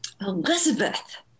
Elizabeth